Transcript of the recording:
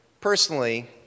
personally